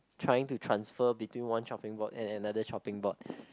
trying to transfer between one chopping board and and another chopping board